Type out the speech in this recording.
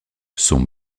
son